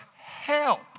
help